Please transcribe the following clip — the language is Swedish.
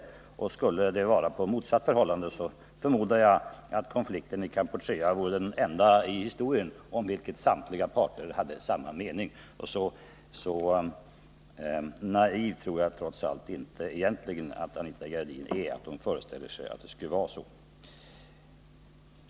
Skulle förhållandet vara det motsatta, förmodar jag att konflikten i Kampuchea är den enda i historien där samtliga parter har samma mening. Jag tror inte att Anita Gradin egentligen är så naiv att hon föreställer sig att det förhåller sig på det sättet.